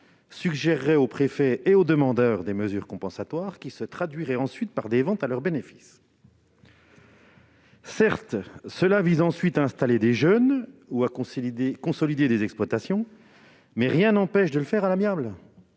suggérerait au préfet et au demandeur des mesures compensatoires, qui se traduiraient ensuite par des ventes à leur bénéfice. Certes, l'objectif serait d'installer des jeunes ou de consolider des exploitations, mais rien n'empêche de le faire à l'amiable.